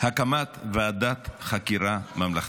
הקמת ועדת חקירה ממלכתית.